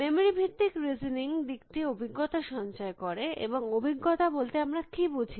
memory ভিত্তিক দিকটি অভিজ্ঞতা সঞ্চয় করে এবং অভিজ্ঞতা বলতে আমরা কী বুঝি